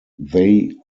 they